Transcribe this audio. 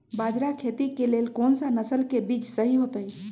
बाजरा खेती के लेल कोन सा नसल के बीज सही होतइ?